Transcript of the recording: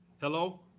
Hello